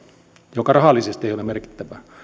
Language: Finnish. joka rahallisesti ei ole merkittävä käsittelyssä